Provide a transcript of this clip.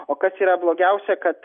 o kas yra blogiausia kad